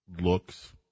looks